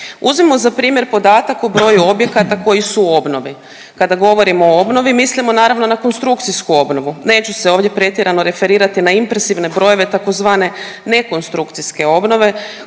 Uzmimo za primjer podatak o broju objekata koji su u obnovi. Kada govorimo o obnovi mislimo naravno na konstrukcijsku obnovu. Neću se ovdje pretjerano referirati na impresivne brojeve tzv. nekonstrukcijske obnove